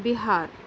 بہار